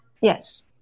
Yes